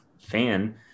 fan